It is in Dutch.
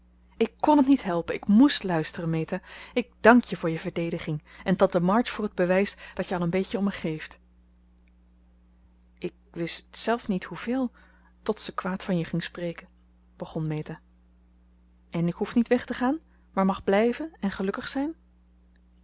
ik kon het niet helpen ik moest luisteren meta ik dank jou voor je verdediging en tante march voor het bewijs dat je al een beetje om me geeft ik wist zelf niet hoeveel tot ze kwaad van je ging spreken begon meta en ik hoef niet weg te gaan maar mag blijven en gelukkig zijn